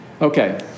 Okay